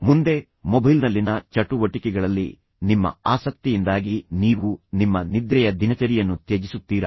ಮುಂದೆ ಮೊಬೈಲ್ನಲ್ಲಿನ ಚಟುವಟಿಕೆಗಳಲ್ಲಿ ನಿಮ್ಮ ಆಸಕ್ತಿಯಿಂದಾಗಿ ನೀವು ನಿಮ್ಮ ನಿದ್ರೆಯ ದಿನಚರಿಯನ್ನು ತ್ಯಜಿಸುತ್ತೀರಾ